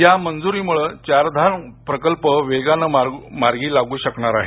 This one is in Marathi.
या मंजुरीमुळे चारधाम प्रकल्प वेगाने मार्गी लागू शकणार आहे